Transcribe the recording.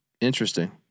Interesting